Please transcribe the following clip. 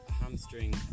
Hamstring